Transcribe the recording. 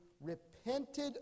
repented